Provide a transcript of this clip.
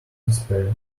despair